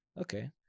okay